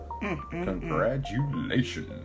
Congratulations